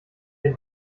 den